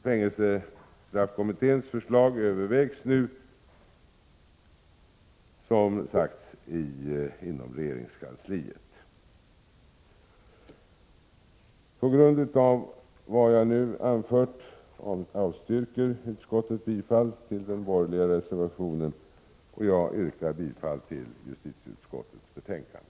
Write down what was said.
Fängelsestraffkommitténs förslag övervägs nu, som sagts, inom regeringskansliet. På grund av det jag nu har anfört avstyrker utskottet bifall till den borgerliga reservationen. Jag yrkar bifall till justitieutskottets hemställan.